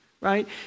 right